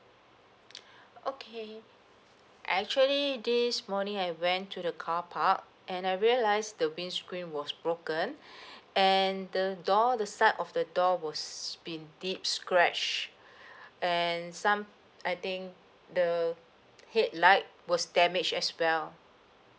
okay actually this morning I went to the car park and I realised the windscreen was broken and the door the side of the door was been deep scratched and some I think the headlight was damaged as well